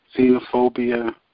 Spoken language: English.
xenophobia